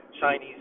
Chinese